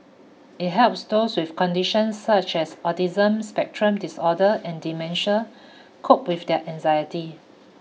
it helps those with conditions such as autism spectrum disorder and dementia cope with their anxiety